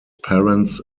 parents